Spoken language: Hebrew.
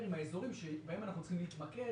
עם האזורים שבהם אנחנו צריכים להתמקד.